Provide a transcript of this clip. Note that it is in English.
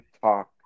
talk